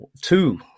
two